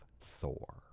Thor